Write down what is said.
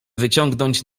wyciągnąć